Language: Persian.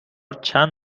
چند